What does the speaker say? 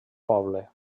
poble